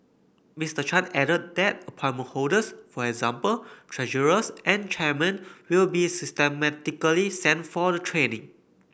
Mister Chan added that appointment holders for example treasurers and chairmen will be systematically sent for the training